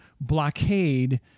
blockade